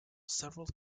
several